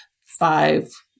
five